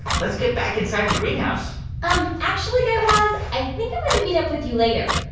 let's get back inside the greenhouse um actually, guy raz, i think i'm going to meet up with you later.